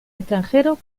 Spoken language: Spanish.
extranjero